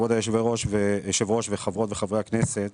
כבוד היושב ראש וחברות וחברי הכנסת,